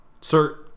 Sir